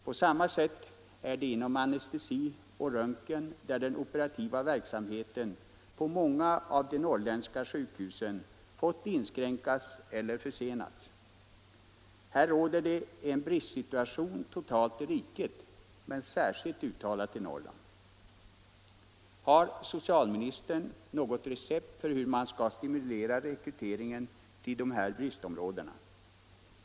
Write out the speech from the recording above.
På samma sätt är det — 1g november 1975 inom anestesi och röntgen, vilket inneburit att den operativa verksam= = heten på många av de norrländska sjukhusen fått inskränkas eller för Om åtgärder mot senas. Här råder det en bristsituation totalt i riket men särskilt uttalad = läkarbristen i Norrland. Har socialministern något recept för hur man skall stimulera rekryteringen till de här bristområdena?